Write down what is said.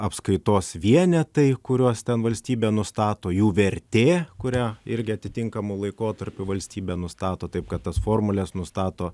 apskaitos vienetai kuriuos ten valstybė nustato jų vertė kurią irgi atitinkamu laikotarpiu valstybė nustato taip kad tas formules nustato